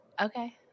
Okay